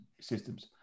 systems